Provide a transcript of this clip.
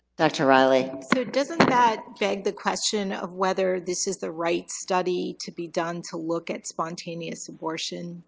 dr. riley? so doesn't that beg the question of whether this is the right study to be done to look at spontaneous abortion?